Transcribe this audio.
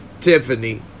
Tiffany